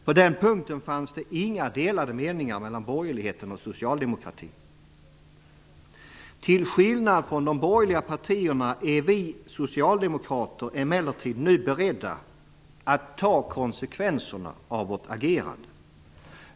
På den punkten fanns det inga delade meningar mellan borgerligheten och socialdemokratin. Till skillnad från de borgerliga partierna är vi socialdemokrater emellertid nu beredda att ta konsekvenserna av vårt agerande.